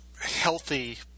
healthy